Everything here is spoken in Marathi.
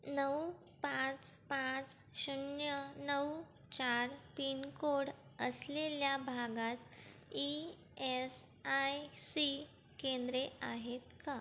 नऊ पाच पाच शून्य नऊ चार पिन कोड असलेल्या भागात ई एस आय सी केंद्रे आहेत का